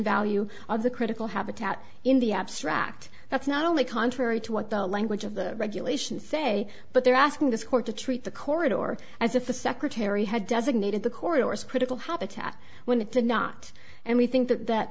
value of the critical habitat in the abstract that's not only contrary to what the language of the regulations say but they're asking this court to treat the corridor as if the secretary had designated the corridor as critical habitat when it did not and we think that that